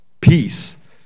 peace